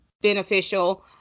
beneficial